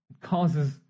causes